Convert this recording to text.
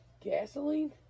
gasoline